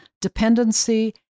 dependency